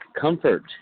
comfort